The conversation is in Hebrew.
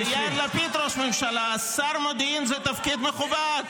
שאלת אותי אם אני יודע איזה שר אני ועל מה אני אחראי.